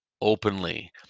openly